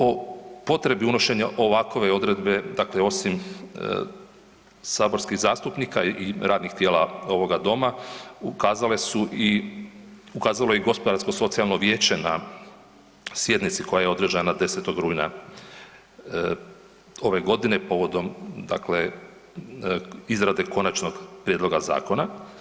O potrebi unošenja ovakove odredbe, dakle osim saborskih zastupnika i radnih tijela ovoga doma, ukazale su i, ukazalo je Gospodarsko socijalno vijeće na sjednici koja je održana 10. rujna ove godine povodom dakle, izrade končanog prijedloga zakona.